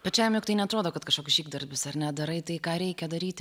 pačiam juk tai neatrodo kad kažkokius žygdarbius ar ne darai tai ką reikia daryti